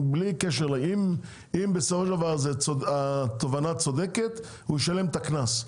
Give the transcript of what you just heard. אם בסופו של דבר התובענה צודקת הוא ישלם את הקנס,